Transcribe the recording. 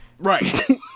Right